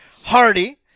Hardy